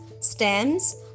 stems